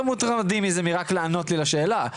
מוטרדים מזה מרק לענות לי על השאלה.